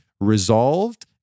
resolved